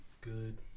good